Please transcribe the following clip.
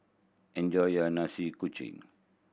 enjoy your Nasi Kuning